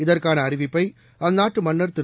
இதற்கான அறிவிப்பை அந்நாட்டு மன்னர் திரு